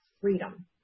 freedom